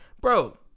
Bro